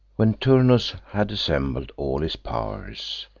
when turnus had assembled all his pow'rs,